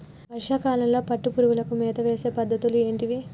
వర్షా కాలంలో పట్టు పురుగులకు మేత వేసే పద్ధతులు ఏంటివి?